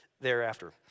thereafter